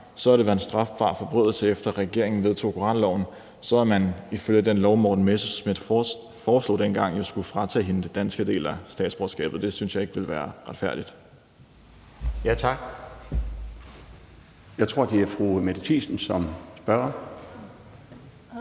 så havde det været en strafbar forbrydelse, efter at regeringen vedtog koranloven, og så ville man ifølge den lov, som Morten Messerschmidt foreslog dengang, jo skulle fratage hende det danske statsborgerskab. Og det synes jeg ikke ville være retfærdigt. Kl. 16:26 Den fg. formand (Bjarne